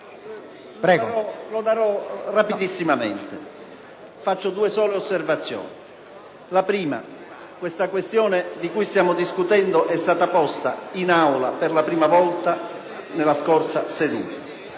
Lo darorapidamente. Faccio due sole osservazioni. In primo luogo, la questione di cui stiamo discutendo e stata posta in Aula per la prima volta nella scorsa seduta.